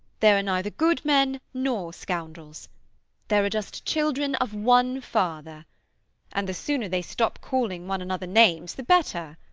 there are neither good men nor scoundrels there are just children of one father and the sooner they stop calling one another names the better.